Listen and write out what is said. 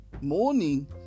Morning